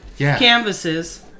Canvases